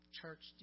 church